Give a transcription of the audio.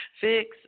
Fix